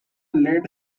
led